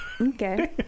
Okay